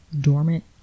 dormant